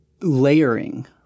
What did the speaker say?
layering